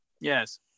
Yes